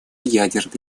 ядерной